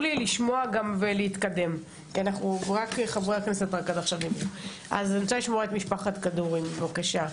לשמוע את משפחת כדורי, בבקשה.